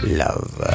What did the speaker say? love